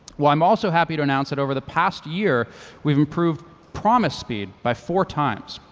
well i'm also happy to announce that over the past year we've improved promise speed by four times.